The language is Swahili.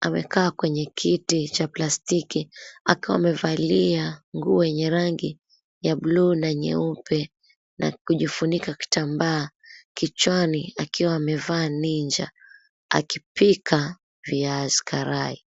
amekaa kwenye kiti cha plastiki akiwa amevalia nguo yenye rangi ya buluu na nyeupe na kujifunika kitambaa kichwani, akiwa amevaa ninja, akipika viazi karai.